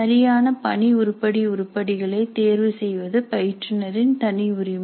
சரியான பணி உருப்படி உருப்படிகளை தேர்வு செய்வது பயிற்றுநர் இன் தனியுரிமை